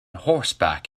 horseback